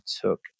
took